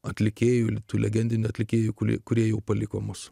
atlikėjų tų legendinių atlikėjų kurie kurie jau paliko mus